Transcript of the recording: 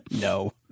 No